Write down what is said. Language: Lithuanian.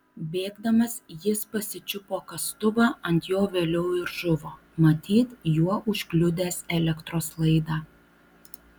bėgdamas jis pasičiupo kastuvą ant jo vėliau ir žuvo matyt juo užkliudęs elektros laidą